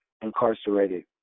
incarcerated